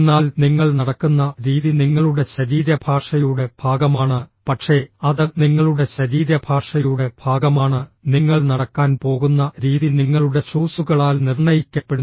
എന്നാൽ നിങ്ങൾ നടക്കുന്ന രീതി നിങ്ങളുടെ ശരീരഭാഷയുടെ ഭാഗമാണ് പക്ഷേ അത് നിങ്ങളുടെ ശരീരഭാഷയുടെ ഭാഗമാണ് നിങ്ങൾ നടക്കാൻ പോകുന്ന രീതി നിങ്ങളുടെ ഷൂസുകളാൽ നിർണ്ണയിക്കപ്പെടുന്നു